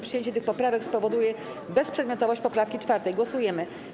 Przyjęcie tych poprawek spowoduje bezprzedmiotowość poprawki 4. Głosujemy.